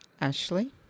ashley